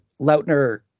Lautner